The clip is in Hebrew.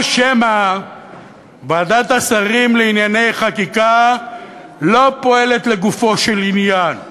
או שמא ועדת השרים לענייני חקיקה לא פועלת לגופו של עניין,